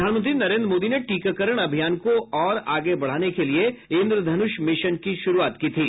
प्रधानमंत्री नरेन्द्र मोदी ने टीकाकरण अभियान को और आगे बढ़ाने के लिए इन्द्रधनुष मिशन की शुरूआत की थी